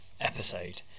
episode